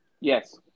Yes